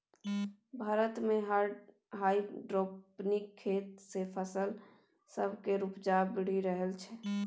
भारत मे हाइड्रोपोनिक खेती सँ फसल सब केर उपजा बढ़ि रहल छै